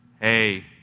hey